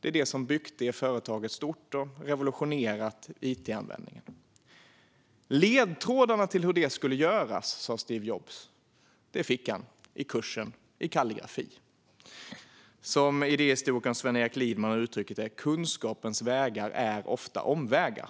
Det är det som byggt det företaget stort och revolutionerat it-användningen. Ledtrådarna till hur det skulle göras, sa Steve Jobs, fick han i kursen i kalligrafi. Idéhistorikern Sven-Erik Liedman har uttryckt det så här: Kunskapens vägar är ofta omvägar.